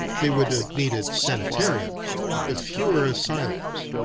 they would have needed sanitariums but fewer asylums.